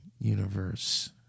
universe